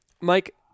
Mike